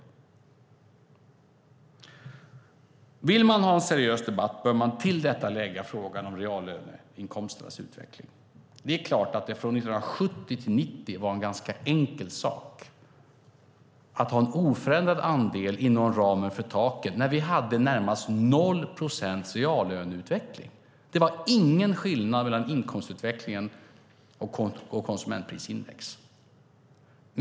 Om man vill ha en seriös debatt bör man till detta lägga frågan om reallöneinkomsternas utveckling. Det är klart att det från 1970 till 1990 var en ganska enkel sak att ha en oförändrad andel inom ramen för taket när vi hade närmast 0 procents reallöneutveckling. Det var ingen skillnad mellan inkomstutvecklingen och konsumentprisindex.